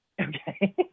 Okay